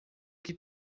que